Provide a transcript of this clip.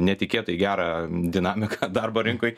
netikėtai gerą dinamiką darbo rinkoj